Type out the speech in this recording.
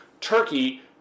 Turkey